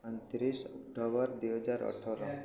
ଅଣତିରିଶ ଅକ୍ଟୋବର ଦୁଇ ହଜାର ଅଠର